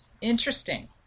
Interesting